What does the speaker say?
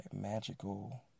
Magical